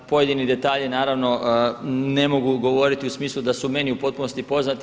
Pojedini detalji naravno ne mogu govoriti u smislu da su meni u potpunosti poznati.